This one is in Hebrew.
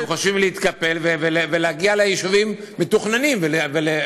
והם חושבים להתקפל ולהגיע ליישובים מתוכננים ולבנות בעבורם,